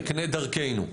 יקנה דרכנו.